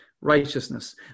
righteousness